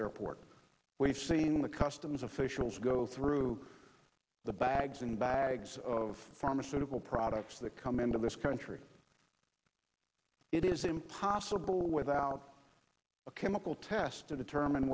airport we've seen the customs officials go through the bags and bags of pharmaceutical products that come into this country it is impossible without a chemical test to determine